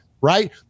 Right